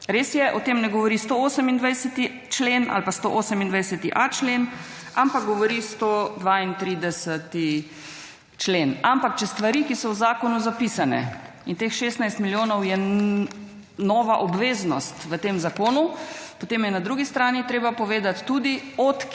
Res je, o tem ne govori 128. člen ali pa 128.a člen, ampak govori 132. člen. Ampak če stvari, ki so v zakonu zapisane, in teh 16 milijonov je nova obveznost v tem zakonu, potem je na drugi strani treba povedati tudi,